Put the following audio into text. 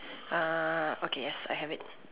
uh okay yes I have it